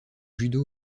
judo